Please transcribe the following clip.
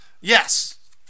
yes